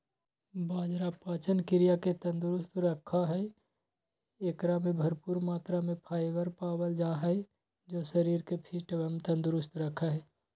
बाजरा पाचन क्रिया के तंदुरुस्त रखा हई, एकरा में भरपूर मात्रा में फाइबर पावल जा हई जो शरीर के फिट एवं तंदुरुस्त रखा हई